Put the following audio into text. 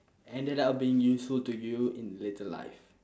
ended up being useful to you in later life